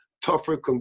tougher